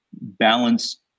balance